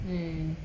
hmm